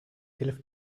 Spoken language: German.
hilf